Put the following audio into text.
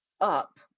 up